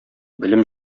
белем